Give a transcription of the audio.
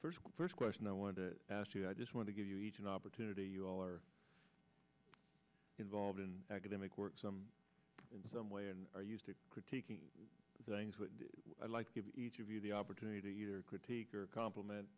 first first question i want to ask you i just want to give you each an opportunity you all are involved in academic work some in some way and are used to critiquing things like give each of you the opportunity to either critique or compliment